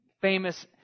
famous